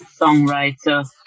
songwriter